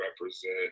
represent